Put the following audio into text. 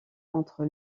entre